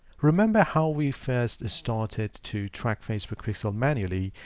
remember how we first started to track facebook pixel manually,